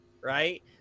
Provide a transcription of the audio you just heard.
right